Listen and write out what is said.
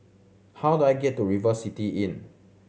how do I get to River City Inn